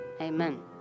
Amen